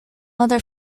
other